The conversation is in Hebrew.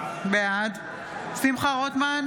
בעד שמחה רוטמן,